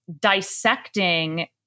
dissecting